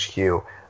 HQ